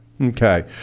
Okay